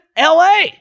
LA